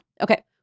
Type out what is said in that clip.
okay